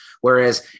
Whereas